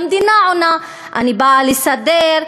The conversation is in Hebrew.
המדינה עונה: אני באה לסדר,